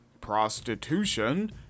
prostitution